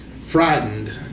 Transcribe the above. frightened